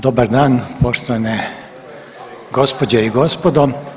Dobar dan poštovane gospođe i gospodo.